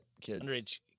kids